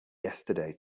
yesterday